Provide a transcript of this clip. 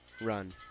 run